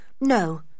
no